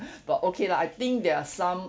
but okay lah I think there are some